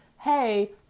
Hey